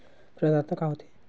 प्रदाता का हो थे?